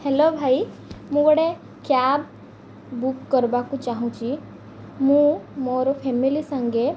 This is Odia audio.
ହ୍ୟାଲୋ ଭାଇ ମୁଁ ଗୋଟେ କ୍ୟାବ୍ ବୁକ୍ କରିବାକୁ ଚାହୁଁଛି ମୁଁ ମୋର ଫ୍ୟାମିଲି ସାଙ୍ଗେ